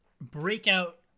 breakout